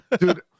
Dude